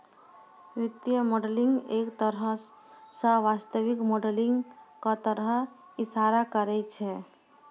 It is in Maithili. वित्तीय मॉडलिंग एक तरह स वास्तविक मॉडलिंग क तरफ इशारा करै छै